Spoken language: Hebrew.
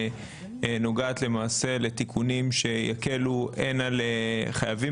נוגעת לתיקונים שיקלו הן על חייבים